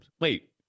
Wait